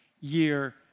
year